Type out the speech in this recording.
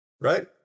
Right